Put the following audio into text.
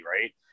right